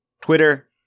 Twitter